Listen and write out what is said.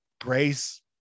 grace